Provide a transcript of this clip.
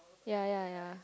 ya ya ya